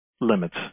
limits